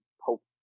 hope